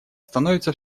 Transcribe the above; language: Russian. становятся